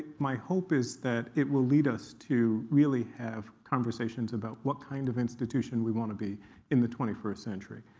my hope is that it will lead us to really have conversations about what kind of institution we want to be in the twenty first century.